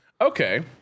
Okay